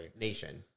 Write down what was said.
nation